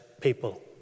people